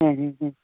ହୁଁ ହୁଁ ହୁଁ